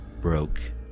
broke